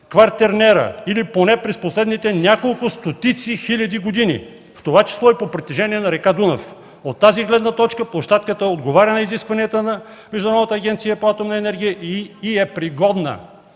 квартернера или поне през последните няколко стотици хиляди години, в това число и по протежение на река Дунав. От тази гледна точка площадката отговаря на изискванията на Международната агенция по атомна енергия и е пригодна